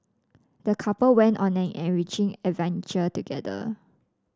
the couple went on an enriching adventure together